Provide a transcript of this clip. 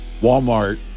Walmart